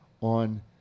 on